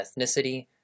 ethnicity